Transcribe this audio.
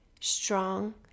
strong